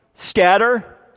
Scatter